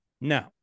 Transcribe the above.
No